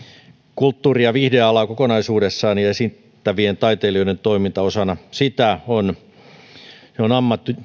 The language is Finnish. kulttuuri ja viihdeala kokonaisuudessaan ja esittävien taiteilijoiden toiminta osana sitä on